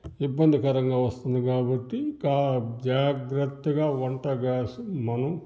ఇబ్బంది కరంగా వస్తుంది కాబట్టి ఇంక జాగ్రత్తగా వంట గ్యాసు మనం